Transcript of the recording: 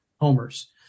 homers